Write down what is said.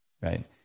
right